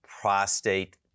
prostate